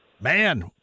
Man